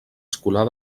escolar